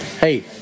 hey